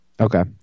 Okay